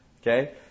Okay